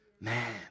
man